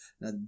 Now